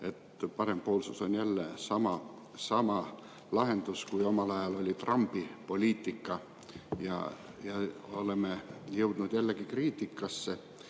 et parempoolsus on jälle sama lahendus, kui omal ajal oli Trumpi poliitika. Oleme jõudnud jällegi kriitikasse.